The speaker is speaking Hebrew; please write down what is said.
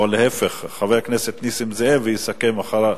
או להיפך: חבר הכנסת נסים זאב, ויסכם אחריו,